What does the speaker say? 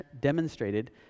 demonstrated